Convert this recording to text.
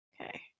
Okay